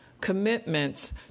commitments